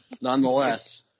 nonetheless